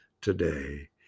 today